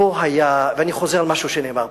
ואני חוזר על משהו שנאמר,